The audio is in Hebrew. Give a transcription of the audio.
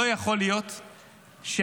לא יכול להיות שאנחנו,